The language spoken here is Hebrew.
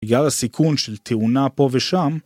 בגלל הסיכון של תאונה פה ושם